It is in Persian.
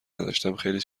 نداشتم، خیلی